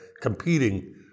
competing